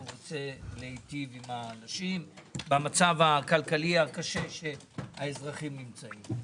שרוצה להיטיב עם האנשים במצב הכלכלי הקשה שהאזרחים נמצאים.